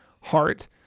heart